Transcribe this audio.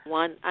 one